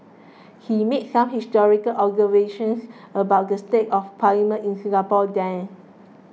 he made some historic observations about the state of Parliament in Singapore then